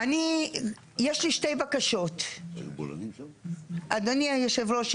יש לי שתי בקשות, אדוני היושב ראש.